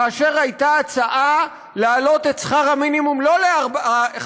כאשר הייתה הצעה להעלות את שכר המינימום לא ל-5,300,